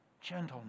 gentleness